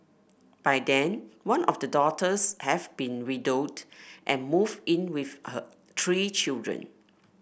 by then one of the daughters have been widowed and moved in with her three children